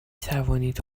توانید